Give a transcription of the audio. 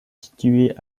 situé